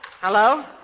Hello